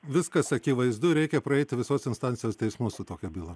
viskas akivaizdu ir reikia praeiti visos instancijos teismus su tokia byla